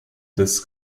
des